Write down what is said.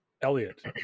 Elliot